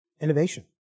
innovation